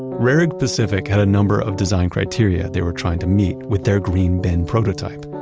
rehrig pacific had a number of design criteria they were trying to meet with their green bin prototype.